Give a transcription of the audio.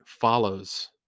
follows